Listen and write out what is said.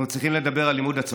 אנחנו צריכים לדבר על לימוד עצמי.